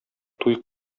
туй